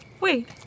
Wait